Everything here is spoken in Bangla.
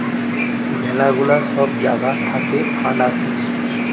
ম্যালা গুলা সব জাগা থাকে ফান্ড আসতিছে